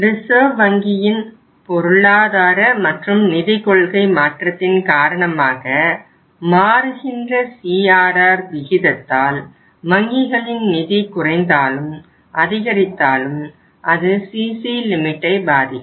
reserve வங்கியின் பொருளாதார மற்றும் நிதிக்கொள்கை மாற்றத்தின் காரணமாக மாறுகின்ற CRR விகிதத்தால் வங்கிகளின் நிதி குறைந்தாலும் அதிகரித்தாலும் அது CC லிமிட்டை பாதிக்கும்